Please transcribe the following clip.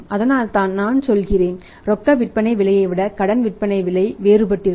அதனால்தான் நான் சொல்கிறேன் ரொக்க விற்பனை விலையைவிட கடன் விற்பனை விலை வேறுபட்டிருக்கும்